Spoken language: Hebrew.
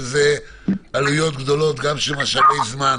שזה עלויות גדולות גם של משאבי זמן